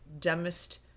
dumbest